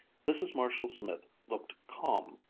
mrs. marshall-smith looked calm,